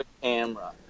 camera